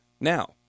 now